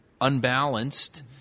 unbalanced